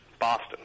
Boston